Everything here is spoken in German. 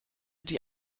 die